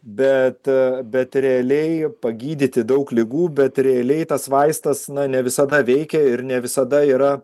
bet bet realiai pagydyti daug ligų bet realiai tas vaistas na ne visada veikia ir ne visada yra